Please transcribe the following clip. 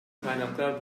kaynaklar